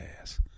ass